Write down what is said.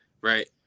right